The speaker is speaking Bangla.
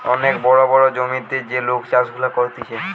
অনেক বড় বড় জমিতে যে লোক চাষ গুলা করতিছে